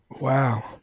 Wow